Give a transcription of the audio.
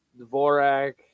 Dvorak